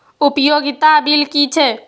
उपयोगिता बिल कि छै?